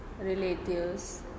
relatives